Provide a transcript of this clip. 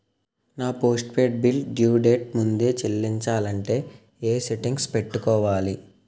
నా postpaid bill due date ముందే చెల్లించాలంటే ఎ సెట్టింగ్స్ పెట్టుకోవాలి?